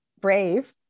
brave